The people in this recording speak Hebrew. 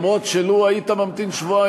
גם אם כך היינו עושים לו היית ממתין שבועיים.